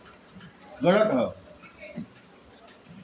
कवनो भी मिठाई बनावल जाला तअ ओमे केसर डालल जाला